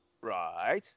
Right